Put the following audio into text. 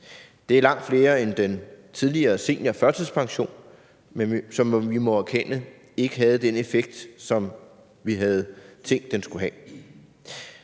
Det er langt flere end den tidligere seniorførtidspension, som vi må erkende ikke havde den effekt, som vi havde tænkt den skulle have.